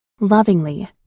Lovingly